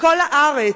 מכל הארץ,